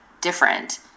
different